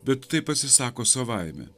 bet taip pasisako savaime